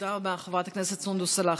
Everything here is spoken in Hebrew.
תודה רבה, חברת הכנסת סונדוס סלאח.